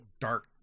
dark